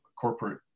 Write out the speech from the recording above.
corporate